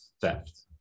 theft